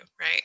right